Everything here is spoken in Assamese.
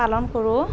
পালন কৰোঁ